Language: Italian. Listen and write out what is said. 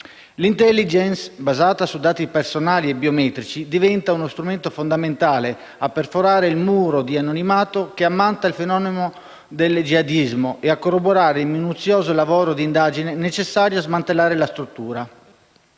L'*intelligence* basata su dati personali e biometrici diventa uno strumento fondamentale a perforare il muro di anonimato che ammanta il fenomeno del jihadismo e a corroborare il minuzioso lavoro di indagine necessario a smantellarne la struttura.